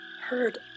heard